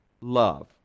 Love